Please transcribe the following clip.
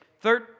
Third